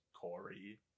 Corey